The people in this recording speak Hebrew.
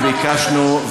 וביקשנו,